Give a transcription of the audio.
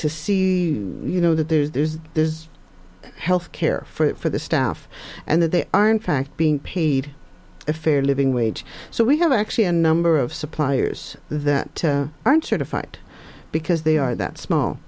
to see you know that there's there is health care for the staff and that they are in fact being paid a fair living wage so we have actually a number of suppliers that aren't certified because they are that small